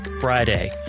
Friday